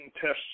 tests